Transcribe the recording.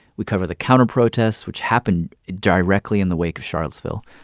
we cover the counterprotests, which happen directly in the wake of charlottesville